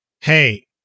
Hey